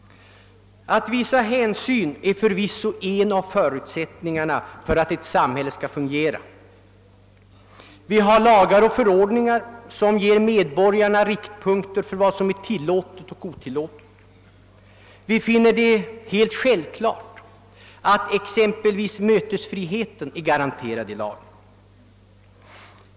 Att visa hänsyn är förvisso en av förutsättningarna för att ett samhälle skall fungera. Vi har lagar och förordningar som ger medborgarna riktpunkter för vad som är tillåtet och otillåtet. Vi finner det i dag självklart att exempelvis mötesfriheten är garanterad.